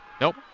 Nope